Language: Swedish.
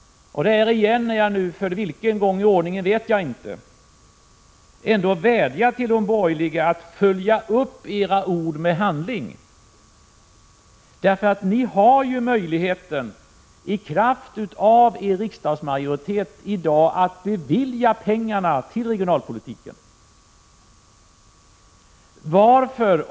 Jag vet nämligen inte för vilken gång i ordningen det är som jag vädjar till de borgerliga att följa upp sina ord med handling. Ni har ju möjlighet att i kraft av er riksdagsmajoritet i dag bevilja pengarna till regionalpolitiken.